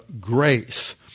grace